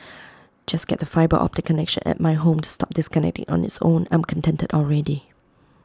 just get the fibre optic connection at my home to stop disconnecting on its own I'm contented already